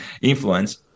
influence